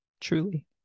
truly